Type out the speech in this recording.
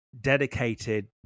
dedicated